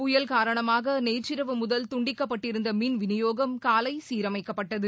புயல் காரணமாக நேற்றிரவு முதல் துண்டிக்கப்பட்டிருந்த மின்விநியோகம் காலை சீரமைக்கப்பட்டது